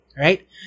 right